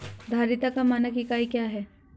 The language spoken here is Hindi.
धारिता का मानक इकाई क्या है?